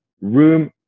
room